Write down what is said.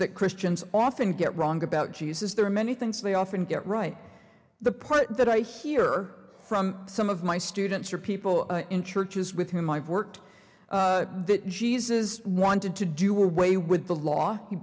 that christians often get wrong about jesus there are many things they often get right the point that i hear from some of my students are people in churches with whom i've worked that jesus wanted to do way with the law he